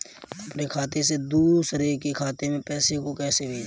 अपने खाते से दूसरे के खाते में पैसे को कैसे भेजे?